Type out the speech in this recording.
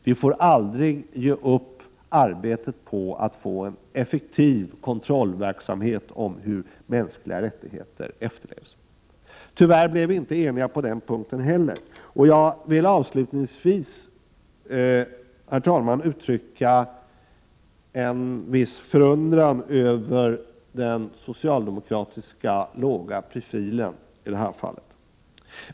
Vi får aldrig ge upp arbetet på att få till stånd en effektiv kontrollverksamhet i fråga om hur mänskliga rättigheter efterlevs. Tyvärr blev vi inte eniga i utskottet på den punkten heller. Jag vill avslutningsvis, herr talman, uttrycka en viss förundran över den socialdemokratiska låga profilen i detta fall.